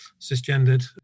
cisgendered